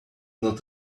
not